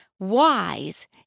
wise